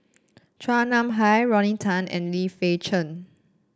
Chua Nam Hai Rodney Tan and Lim Fei Shen